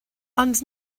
ond